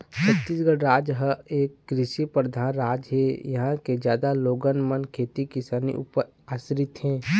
छत्तीसगढ़ राज एक कृषि परधान राज ऐ, इहाँ के जादा लोगन मन खेती किसानी ऊपर आसरित हे